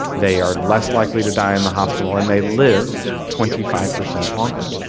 they are less likely to die in the hospital, and they live twenty five percent longer.